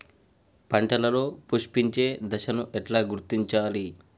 పంటలలో పుష్పించే దశను ఎట్లా గుర్తించాలి?